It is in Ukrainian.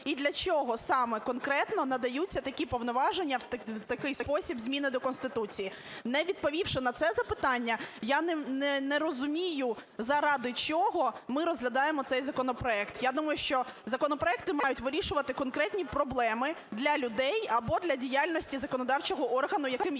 І для чого саме конкретно надаються такі повноваження в такий спосіб зміни до Конституції? Не відповівши на це запитання, я не розумію, заради чого ми розглядаємо цей законопроект. Я думаю, що законопроекти мають вирішувати конкретні проблеми для людей або для діяльності законодавчого органу, яким ж